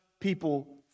people